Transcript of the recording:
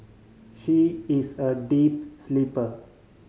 she is a deep sleeper